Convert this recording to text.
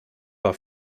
war